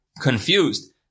confused